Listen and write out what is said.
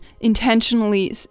intentionally